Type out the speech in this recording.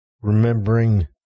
remembering